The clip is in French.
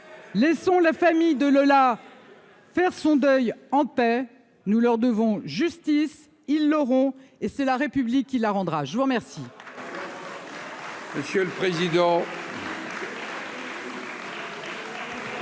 laissons la famille de la faire son deuil en paix, nous leur devons justice ils l'auront, et c'est la République qui la rendra je vous remercie.